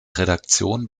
redaktion